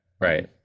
Right